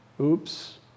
Oops